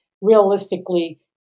realistically